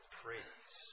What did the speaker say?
praise